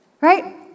right